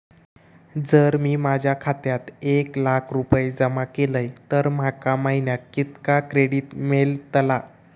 जर मी माझ्या खात्यात एक लाख रुपये जमा केलय तर माका महिन्याक कितक्या क्रेडिट मेलतला?